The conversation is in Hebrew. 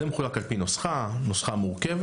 זה מחולק על פי נוסחה, נוסחה מורכבת.